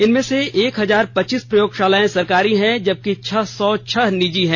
इनमें से एक हजार पच्चीस प्रयोगशालाएं सरकारी हैं जबकि छह सौ छह निजी हैं